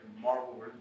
Marvel